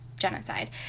genocide